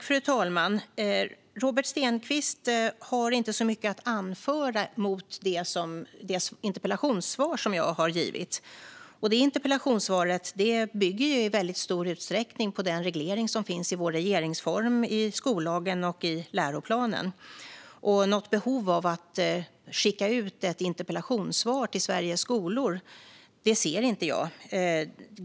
Fru talman! Robert Stenkvist har inte så mycket att anföra mot det interpellationssvar som jag har givit, och det interpellationssvaret bygger i stor utsträckning på den reglering som finns i vår regeringsform, i skollagen och i läroplanen. Något behov av att skicka ut ett interpellationssvar till Sveriges skolor ser inte jag.